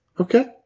Okay